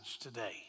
today